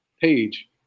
page